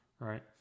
Right